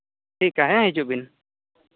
ᱴᱷᱤᱠᱟ ᱦᱮᱸ ᱦᱤᱡᱩᱜ ᱵᱤᱱ